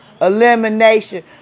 elimination